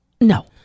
No